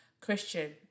Christian